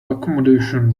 accommodation